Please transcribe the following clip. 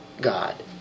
God